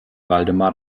waldemar